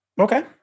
Okay